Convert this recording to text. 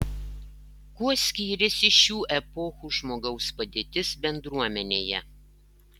kuo skyrėsi šių epochų žmogaus padėtis bendruomenėje